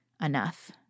enough